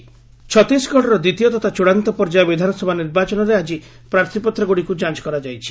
Chhattisgarh scrutiny ଛତିଶଗଡ଼ର ଦ୍ୱିତୀୟ ତଥା ଚୂଡ଼ାନ୍ତ ପର୍ଯ୍ୟାୟ ବିଧାନସଭା ନିର୍ବାଚନରେ ଆକି ପ୍ରାର୍ଥୀପତ୍ରଗୁଡ଼ିକୁ ଯାଞ୍ଚ କରାଯାଇଛି